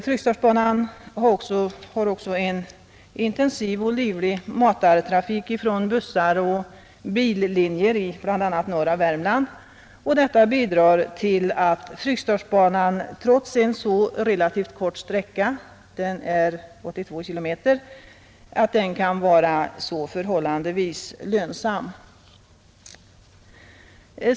Fryksdalsbanan har också en intensiv och livlig matartrafik från bussar och billinjer i bl.a. norra Värmland, och detta bidrar till att Fryksdalsbanan trots en relativt kort sträcka — den är 82 km — kan vara så förhållandevis lönsam.